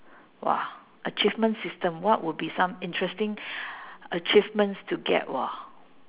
!wah! achievement system what would be some interesting achievements to get [wor]